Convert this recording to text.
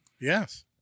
yes